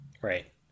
Right